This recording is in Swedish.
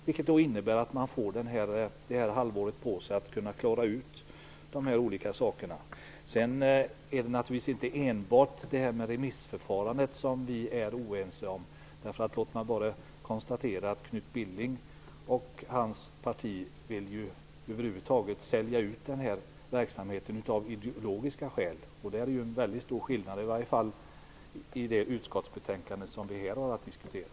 Det innebär att man får det här halvåret på sig att klara ut de här olika sakerna. Det är naturligtvis inte enbart det här med remissförfarandet som vi är oense om. Låt mig bara konstatera att Knut Billing och hans parti vill sälja ut den här verksamheten av ideologiska skäl. Det är en väldigt stor skillnad, i varje fall i det utskottsbetänkande som vi här har att diskutera.